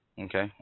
Okay